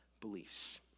beliefs